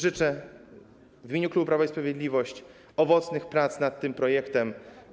Życzę w imieniu klubu Prawa i Sprawiedliwości owocnych prac nad tym projektem.